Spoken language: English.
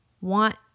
want